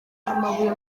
amabuye